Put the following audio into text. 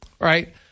right